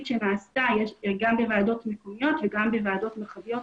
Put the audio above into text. שנעשתה גם בוועדות מקומיות וגם בוועדות מחוזיות.